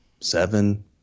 seven